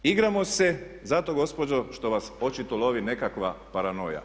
Igramo se zato gospodo što vas očito lovi nekakva paranoja.